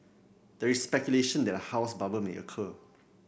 there is speculation that a house bubble may occur